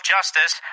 Justice